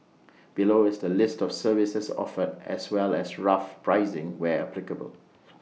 below is the list of services offered as well as rough pricing where applicable